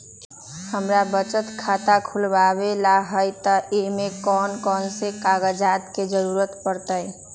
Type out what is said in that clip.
हमरा बचत खाता खुलावेला है त ए में कौन कौन कागजात के जरूरी परतई?